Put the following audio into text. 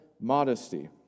modesty